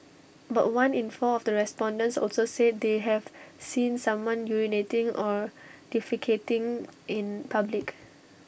about one in four of the respondents also said they have seen someone urinating or defecating in public